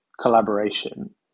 collaboration